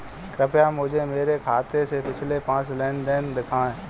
कृपया मुझे मेरे खाते से पिछले पाँच लेन देन दिखाएं